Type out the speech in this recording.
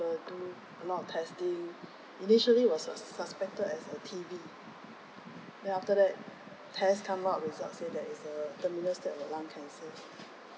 do a lot of testing initially was sus~ suspected as a T_B then after that test come out result say that it's uh terminal stage of lung cancer